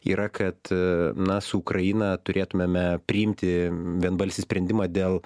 yra kad na su ukraina turėtumėme priimti vienbalsį sprendimą dėl